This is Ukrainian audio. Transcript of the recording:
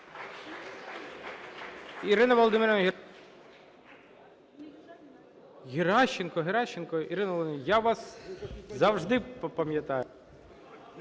Ірина Володимирівна Геращенко. Геращенко, Геращенко. Ірина Володимирівна, я вас завжди пам'ятаю.